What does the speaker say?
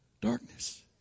darkness